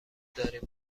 داریم